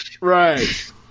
Right